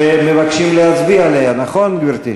שמבקשים להצביע עליה, נכון, גברתי?